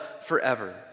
forever